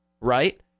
right